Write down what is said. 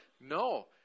No